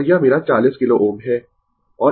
Refer Slide Time 1653 और यह मेरा 40 किलो Ω है